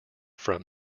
from